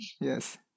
Yes